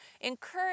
Encourage